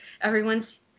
everyone's